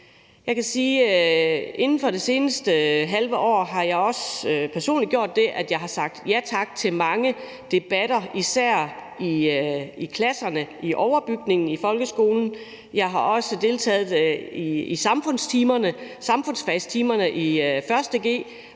inden for det seneste halve år har jeg også personligt gjort det, at jeg har sagt ja tak til mange debatter, især i klasserne i folkeskolens overbygning. Jeg har også deltaget samfundsfagstimer i 1.